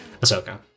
Ahsoka